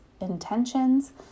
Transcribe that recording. intentions